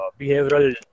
behavioral